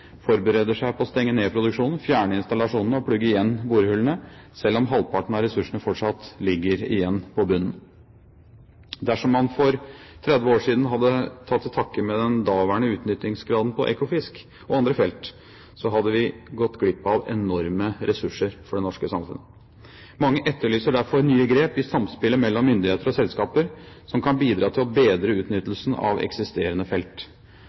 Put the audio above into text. forbereder seg på å stenge ned produksjonen, fjerne installasjonene og plugge igjen borehullene selv om halvparten av ressursene fortsatt ligger igjen på bunnen. Dersom man for 30 år siden hadde tatt til takke med den daværende utnyttingsgraden på Ekofisk og andre felt, hadde vi gått glipp av enorme ressurser for det norske samfunnet. Mange etterlyser derfor nye grep i samspillet mellom myndigheter og selskaper som kan bidra til å bedre utnyttelsen av eksisterende felt.